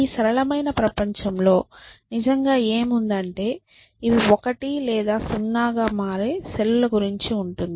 ఈ సరళమైన ప్రపంచంలో నిజంగా ఏమి ఉంది అంటే ఇవి 1 లేదా 0 గా మారే సెల్ లు గురించి ఉంటుంది